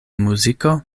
muziko